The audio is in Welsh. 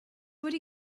wedi